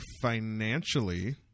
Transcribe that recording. financially